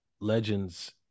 legends